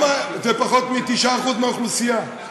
זה פחות מ-9% מהאוכלוסייה.